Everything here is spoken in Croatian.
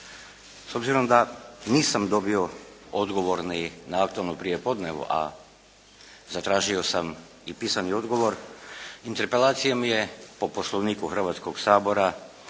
S obzirom da nisam dobio odgovor ni na “aktualnom prijepodnevu“, a zatražio sam i pisani odgovor interpelacija mi je po Poslovniku Hrvatskog sabora